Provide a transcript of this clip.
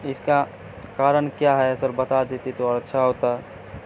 اس کا کارن کیا ہے سر بتا دیتے تو اچھا ہوتا ہے